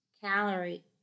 calorie